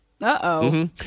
Uh-oh